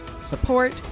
support